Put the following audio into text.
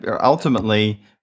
ultimately